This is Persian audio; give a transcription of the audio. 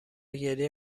گریه